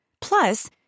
plus